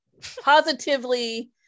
positively